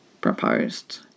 proposed